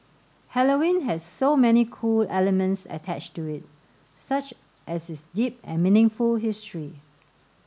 Halloween has so many cool elements attached to it such as its deep and meaningful history